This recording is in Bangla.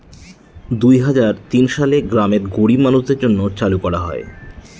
দুই হাজার তিন সালে গ্রামের গরীব মানুষদের জন্য চালু করা হয়